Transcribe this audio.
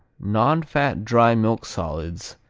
non-fat dry milk solids,